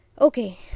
Okay